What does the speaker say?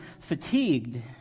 fatigued